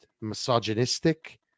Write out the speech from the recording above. misogynistic